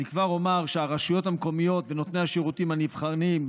אני כבר אומר שהרשויות המקומיות ונותני השירותים הנבחרים,